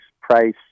price